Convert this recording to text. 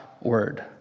word